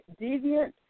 deviant